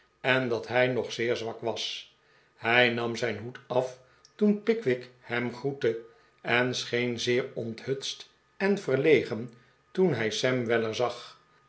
en dat hij nog zeer zwak was hij nam zijn hoed af toen pickwick hem groette en scheen zeer onthutst en verlegen toen hij sam weller zag